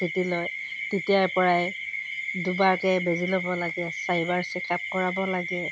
স্থিতি লয় তেতিয়াৰ পৰাই দুবাৰকৈ বেজি ল'ব লাগে চাৰিবাৰ চেকআপ কৰাব লাগে